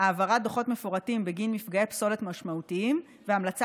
העברת דוחות מפורטים בגין מפגעי פסולת משמעותיים והמלצה